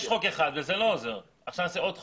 יש חוק אחד וזה לא עוזר, עכשיו נעשה עוד חוק?